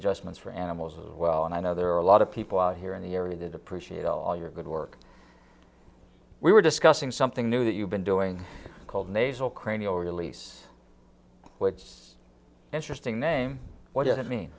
adjustments for animals as well and i know there are a lot of people out here in the area that appreciate all your good work we were discussing something new that you've been doing called nasal cranial release what's interesting name what it me